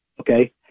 okay